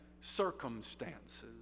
circumstances